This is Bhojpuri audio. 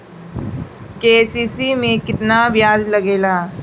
के.सी.सी में केतना ब्याज लगेला?